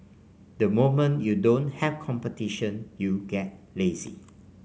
the moment you don't have competition you get lazy